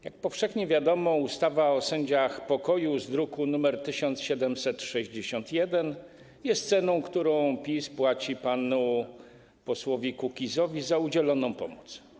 Jak powszechnie wiadomo, ustawa o sędziach pokoju z druku nr 1761 jest ceną, jaką PiS płaci panu posłowi Kukizowi za udzieloną pomoc.